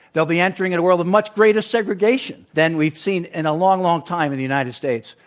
they'll be entering and a world of much greater segregation than we've seen in a long, long time in the united states.